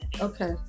Okay